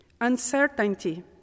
uncertainty